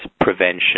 prevention